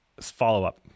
Follow-up